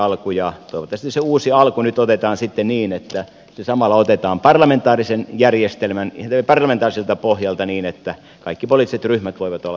toivottavasti se uusi alku nyt otetaan sitten niin että se samalla otetaan parlamentaariselta pohjalta niin että kaikki poliittiset ryhmät voivat olla siinä mukana